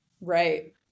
right